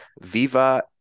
Viva